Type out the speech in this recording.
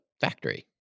factory